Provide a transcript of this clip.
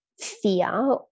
fear